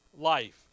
Life